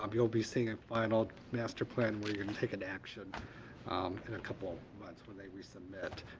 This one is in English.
um you'll be seeing a final master plan where you can take an action in a couple of months when they resubmit.